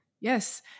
yes